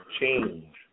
change